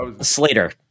Slater